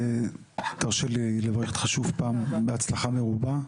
תרשה לי לברך אותך שוב בהצלחה מרובה.